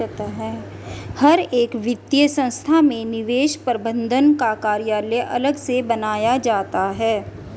हर एक वित्तीय संस्था में निवेश प्रबन्धन का कार्यालय अलग से बनाया जाता है